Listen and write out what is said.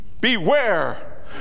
Beware